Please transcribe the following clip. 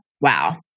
Wow